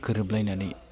गोरोबलायनानै